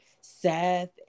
Seth